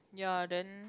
ya then